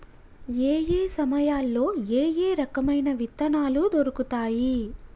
ఏయే సమయాల్లో ఏయే రకమైన విత్తనాలు దొరుకుతాయి?